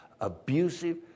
abusive